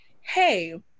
hey